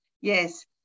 yes